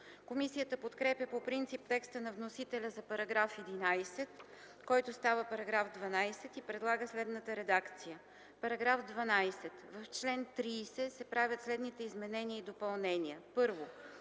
Комисията подкрепя по принцип текста на вносителя за § 11, който става § 12 и предлага следната редакция: „§ 12. В чл. 30 се правят следните изменения и допълнения: